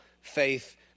faith